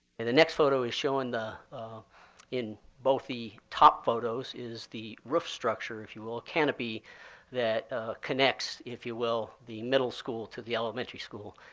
in the next photo is showing in both the top photos is the roof structure, if you will a canopy that connects, if you will, the middle school to the elementary school.